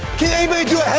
can anybody do